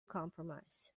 compromise